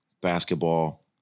basketball